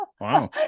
wow